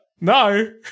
No